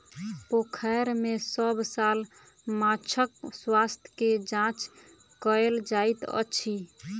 पोखैर में सभ साल माँछक स्वास्थ्य के जांच कएल जाइत अछि